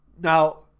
Now